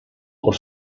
por